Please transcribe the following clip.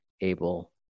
able